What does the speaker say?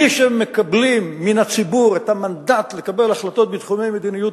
מי שמקבלים מן הציבור את המנדט לקבל החלטות בתחומי מדיניות,